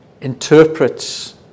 interprets